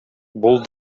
бул